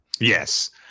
yes